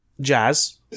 Jazz